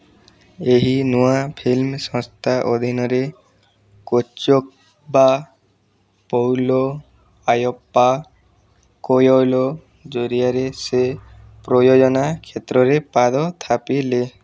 ଏହି ନୂଆ ଫିଲ୍ମ ସଂସ୍ଥା ଅଧୀନରେ କୋଚ୍ଚବ୍ବା ପୌଲୋ ଆୟପ୍ପା କୋୟଲୋ ଜରିଆରେ ସେ ପ୍ରଯୋଜନା କ୍ଷେତ୍ରରେ ପାଦ ଥାପିଲେ